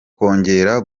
kongera